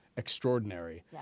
extraordinary